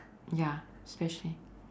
ya especially